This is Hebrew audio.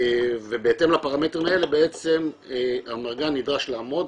ובהתאם לפרמטרים האלה בעצם האמרגן נדרש לעמוד